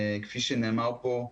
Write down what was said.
כפי שנאמר פה.